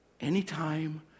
anytime